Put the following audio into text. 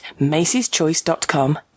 macy'schoice.com